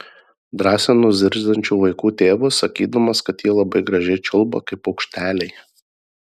drąsinu zirziančių vaikų tėvus sakydamas kad jie labai gražiai čiulba kaip paukšteliai